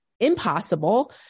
impossible